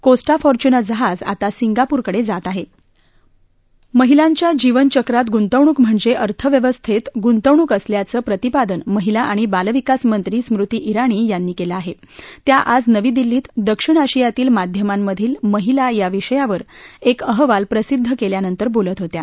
Costa Fortuna जहाज आता सिंगापूरकडज्ञात आहा महिलांच्या जीवनचक्रात गुंतवणूक म्हणज अर्थव्यवस्थाप गुंतवणूक असल्याचं प्रतिपादन महिला आणि बालविकास मंत्री स्मृती जिणी यांनी कलि आह तिया आज नवी दिल्लीत दक्षिण आशियातील माध्यमांमधील महिला या विषयावर एक अहवाल प्रसिद्ध कव्यानंतर बोलत होत्या